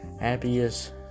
Happiest